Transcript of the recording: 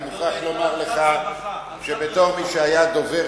אני מוכרח לומר לך שבתור מי שהיה דובר